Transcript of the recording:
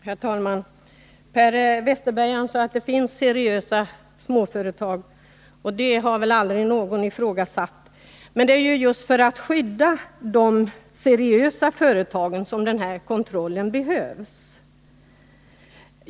Herr talman! Per Westerberg sade att det finns seriösa småföretag, och det har väl aldrig någon ifrågasatt. Men det är ju just för att skydda de seriösa företagen som den här kontrollen behövs.